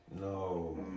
No